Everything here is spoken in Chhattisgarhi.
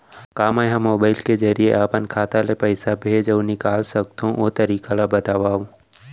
का मै ह मोबाइल के जरिए अपन खाता ले पइसा भेज अऊ निकाल सकथों, ओ तरीका ला बतावव?